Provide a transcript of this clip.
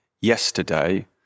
yesterday